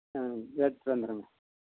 ஆ எடுத்துகிட்டு வந்துடுங்க